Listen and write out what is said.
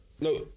No